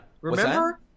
remember